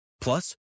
Plus